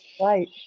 Right